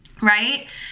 Right